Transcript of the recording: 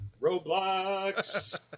Roblox